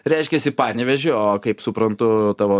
reiškiasi panevėžio o kaip suprantu tavo